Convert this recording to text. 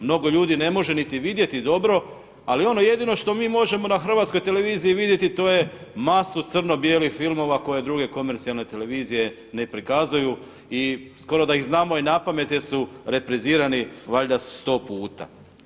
Mnogo ljudi ne može niti vidjeti dobro, ali ono jedino što mi možemo na Hrvatskoj televiziji vidjeti to je masu crno bijelih filmova koje druge komercijalne televizije ne prikazuju i skoro da ih znamo i na pamet, jer su reprizirani valjda sto puta.